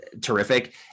terrific